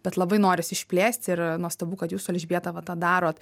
bet labai norisi išplėsti ir nuostabu kad jūs su elžbieta va tą darot